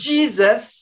Jesus